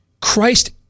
Christ